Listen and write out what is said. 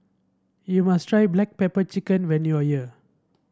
you must try Black Pepper Chicken when you are here